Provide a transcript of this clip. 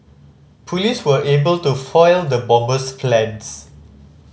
police were able to foil the bomber's plans